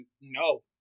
No